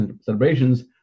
celebrations